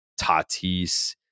Tatis